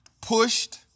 pushed